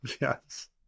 yes